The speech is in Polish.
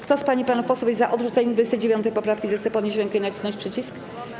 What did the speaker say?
Kto z pań i panów posłów jest za odrzuceniem 29. poprawki, zechce podnieść rękę i nacisnąć przycisk.